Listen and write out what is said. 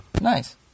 Nice